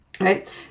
right